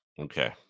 Okay